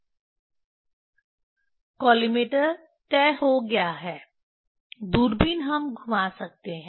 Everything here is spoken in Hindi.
कॉलिमेटर तय हो गया है दूरबीन हम घुमा सकते हैं